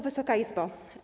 Wysoka Izbo!